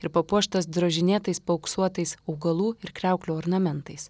ir papuoštas drožinėtais paauksuotais augalų ir kriauklių ornamentais